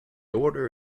order